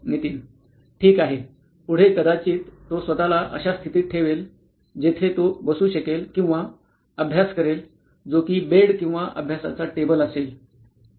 नितीन ठीक आहे पुढे कदाचित तो स्वतला अशा स्थितीत ठेवेल जेथे तो बसू शकेल किंवा अभ्यास करेल जो कि बेड किंवा अभ्यासाचा टेबल असेल